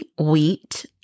wheat